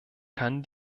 kann